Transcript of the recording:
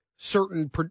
Certain